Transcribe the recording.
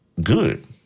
good